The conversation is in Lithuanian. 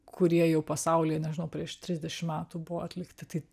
kurie jau pasauly nežinau prieš trisdešim metų buvo atlikti tai